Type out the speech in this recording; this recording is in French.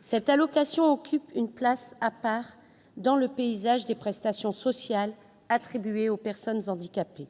Cette allocation occupe une place à part dans le paysage des prestations sociales attribuées aux personnes handicapées.